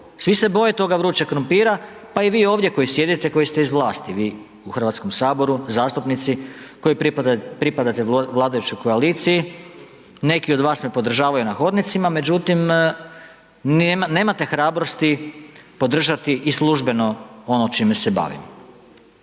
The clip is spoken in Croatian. svi se boje toga vrućeg krumpira, pa i vi ovdje koji sjedite koji ste iz vlasti, vi u Hrvatskom saboru, zastupnici koji pripadate vladajućoj koaliciji, neki od vas me podržavaju na hodnicima, međutim nemate hrabrosti podržati i služeno ono čime se bavim.